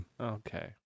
Okay